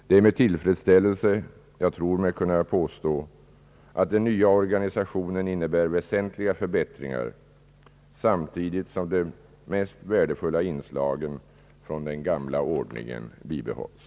Det är med tillfredsställelse jag tror mig kunna påstå, att den nya organisationen innebär väsentliga förbättringar samtidigt som de mest värdefulla inslagen från den gamla ordningen bibehålls.